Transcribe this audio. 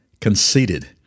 conceited